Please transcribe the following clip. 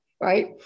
right